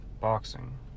Boxing